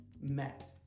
met